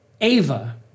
Ava